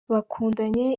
bakundanye